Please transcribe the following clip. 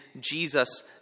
Jesus